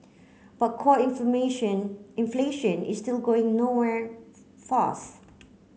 but core information inflation is still going nowhere fast